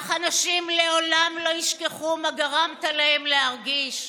אך אנשים לעולם לא ישכחו מה גרמת להם להרגיש.